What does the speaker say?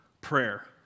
Prayer